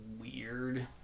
weird